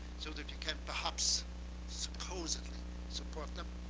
so that you can perhaps supposedly support them,